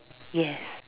yes